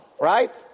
Right